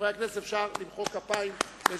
חברי הכנסת, אפשר למחוא כפיים לז'ילבר.